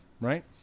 right